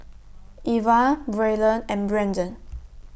Eva Braylon and Branden